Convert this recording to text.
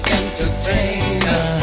entertainer